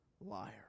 liar